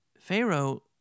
Pharaoh